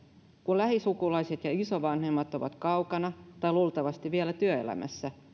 kun lähisukulaiset ja isovanhemmat ovat kaukana tai luultavasti vielä työelämässä